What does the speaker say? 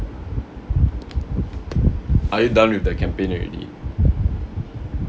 are you done with the campaign already